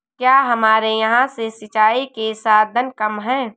क्या हमारे यहाँ से सिंचाई के साधन कम है?